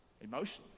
emotionally